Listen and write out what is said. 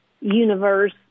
universe